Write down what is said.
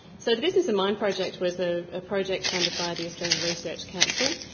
so the business in mind project was a ah project funded by the australian research council,